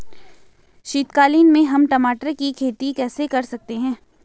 शीतकालीन में हम टमाटर की खेती कैसे कर सकते हैं?